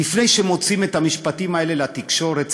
לפני שמוציאים את המשפטים האלה לתקשורת,